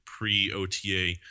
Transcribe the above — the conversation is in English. pre-OTA